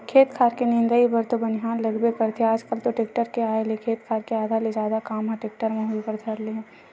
खेत खार के निंदई बर तो बनिहार लगबे करथे आजकल तो टेक्टर के आय ले खेत खार के आधा ले जादा काम ह टेक्टर म होय बर धर ले हे